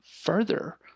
further